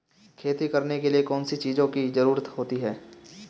खेती करने के लिए कौनसी चीज़ों की ज़रूरत होती हैं?